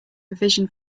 revision